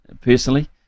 personally